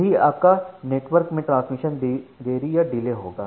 यही आपका नेटवर्क में ट्रांसमिशन देरी या डिले होगा